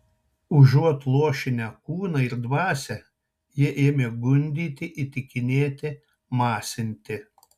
užuot luošinę kūną ir dvasią jie ėmė gundyti įtikinėti masinti